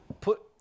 put